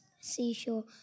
seashore